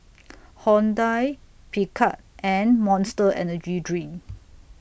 Hyundai Picard and Monster Energy Drink